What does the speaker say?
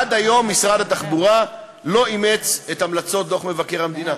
עד היום משרד התחבורה לא אימץ את המלצות דוח מבקר המדינה.